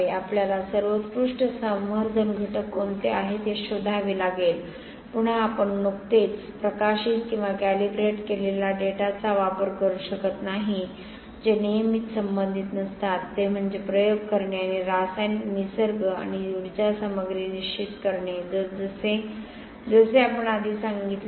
आपल्याला सर्वोत्कृष्ट संवर्धन घटक कोणते आहेत हे शोधावे लागेल पुन्हा आपण नुकतेच प्रकाशित किंवा कॅलिब्रेट केलेल्या डेटाचा वापर करू शकत नाही जे नेहमीच संबंधित नसतात ते म्हणजे प्रयोग करणे आणि रासायनिक निसर्ग आणि ऊर्जा सामग्री निश्चित करणे जसेआपण आधी सांगितले होते